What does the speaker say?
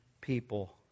people